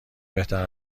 بهتر